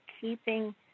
keeping